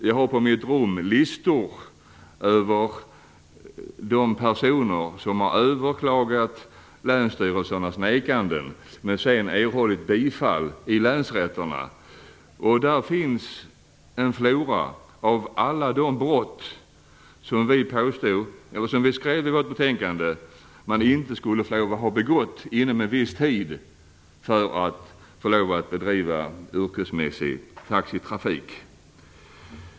Jag har på mitt rum listor över personer som har överklagat länsstyrelsernas nekande och sedan erhållit bifall i länsrätterna. Där finns en flora av alla de brott som vi skrev i betänkandet att man inte skulle ha fått begått inom en viss tid för att få bedriva yrkesmässig taxitrafik.